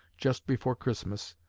just before christmas.